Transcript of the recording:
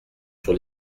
sur